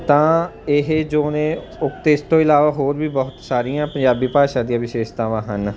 ਤਾਂ ਇਹ ਜੋ ਨੇ ਉਕਤ ਇਸ ਤੋਂ ਇਲਾਵਾ ਹੋਰ ਵੀ ਬਹੁਤ ਸਾਰੀਆਂ ਪੰਜਾਬੀ ਭਾਸ਼ਾ ਦੀਆਂ ਵਿਸ਼ੇਸ਼ਤਾਵਾਂ ਹਨ